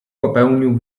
popełnił